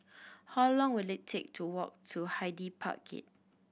how long will it take to walk to Hyde Park Gate